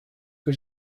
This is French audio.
que